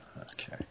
Okay